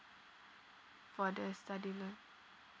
for the study loan